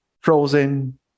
frozen